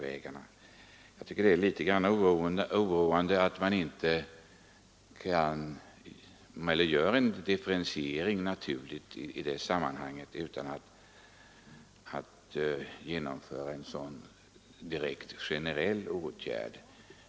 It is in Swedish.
Jag tycker att det är litet oroande att kommunikationsministern inte gör en naturlig differentiering i det sammanhanget utan talar om att genomföra en sådan generell åtgärd.